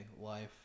life